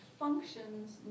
functions